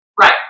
right